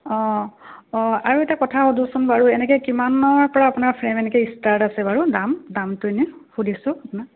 অঁ অঁ আৰু এটা কথা সুধোচোন বাৰু এনেকৈ কিমানৰপৰা আপোনাৰ ফ্ৰেম এনেকৈ ষ্টাৰ্ট আছে বাৰু দাম দামটো এনেই সুধিছোঁ আপোনাক